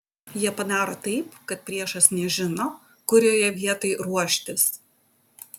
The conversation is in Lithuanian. jie padaro taip kad priešas nežino kurioje vietoj ruoštis